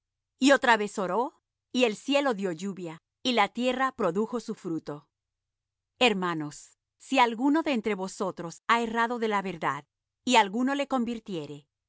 y otra vez oró y el cielo dió lluvia y la tierra produjo su fruto hermanos si alguno de entre vosotros ha errado de la verdad y alguno le convirtiere